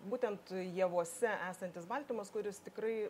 būtent javuose esantis baltymas kuris tikrai